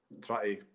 try